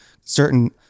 certain